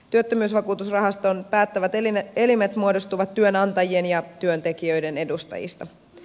työttömyysvakuutusrahaston päättävät elimet muodostuvat työnantajien ja työntekijöiden edustajista